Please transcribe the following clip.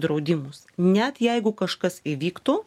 draudimus net jeigu kažkas įvyktų